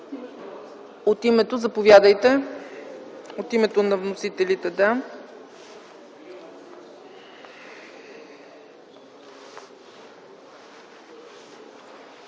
От името на вносителите има